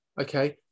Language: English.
Okay